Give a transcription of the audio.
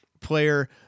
Player